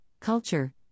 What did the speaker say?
culture